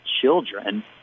children